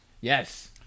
Yes